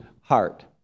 heart